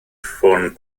ffôn